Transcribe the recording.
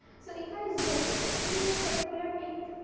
so, if i zoom into this particular peak,